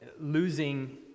losing